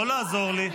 לא לעזור לי.